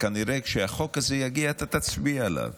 שכשהחוק הזה יגיע כנראה שאתה תצביע עליו